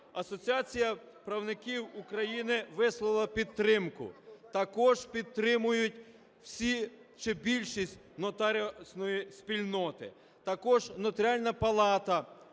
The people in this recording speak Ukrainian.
Асоціація правників України висловила підтримку, також підтримують всі чи більшість нотаріусної спільноти. Також Нотаріальна палата